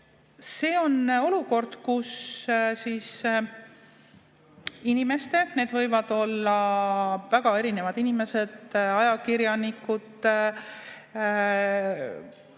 See on olukord, kus inimesed – need võivad olla väga erinevad inimesed, ajakirjanikud,